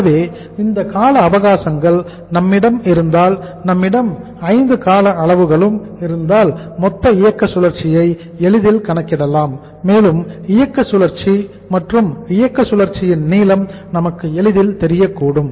ஆகவே இந்த கால அவகாசங்கள் நம்மிடம் இருந்தால் நம்மிடம் 5 கால அளவுகளும் இருந்தால் மொத்த இயக்க சுழற்சியை எளிதில் கணக்கிடலாம் மேலும் இயக்க சுழற்சி மற்றும் இயக்க சுழற்சியின் நீளம் நமக்கு எளிதில் தெரியக்கூடும்